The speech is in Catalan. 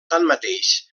tanmateix